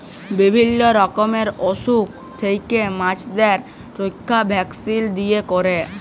বিভিল্য রকমের অসুখ থেক্যে মাছদের রক্ষা ভ্যাকসিল দিয়ে ক্যরে